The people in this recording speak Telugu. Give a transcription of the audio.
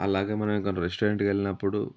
అలాగే మనమొక రెస్టారెంట్కెళ్ళినప్పుడు